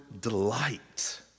delight